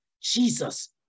Jesus